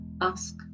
Ask